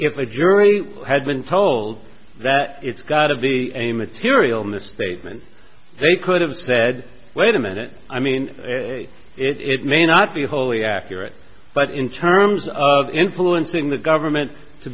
if a jury had been told that it's gotta be a material on the statement they could have said wait a minute i mean it may not be wholly accurate but in terms of influencing the government to